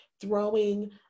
throwing